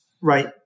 Right